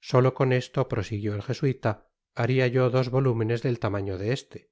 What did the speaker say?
solo con esto prosiguió el jesuita haria yo dos volúmenes del tamaño de este